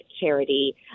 charity